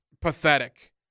pathetic